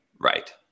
right